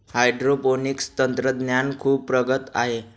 hydroponics तंत्रज्ञान खूप प्रगत आहे